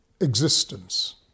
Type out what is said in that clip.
existence